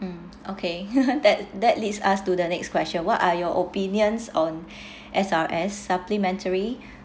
mm okay that that leads us to the next question what are your opinions on S_R_S supplementary